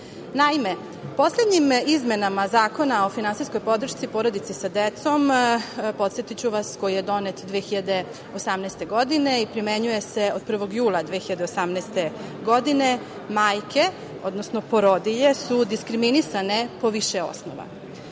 decom. Naime, poslednjim izmenama Zakona o finansijskoj podršci porodici sa decom, podsetiću vas, koji je donet 2018. godine i primenjuje se od 1. jula 2018. godine, majke, odnosno porodilje su diskriminisane po više osnova.